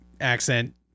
accent